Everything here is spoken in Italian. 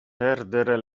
perdere